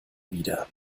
wieder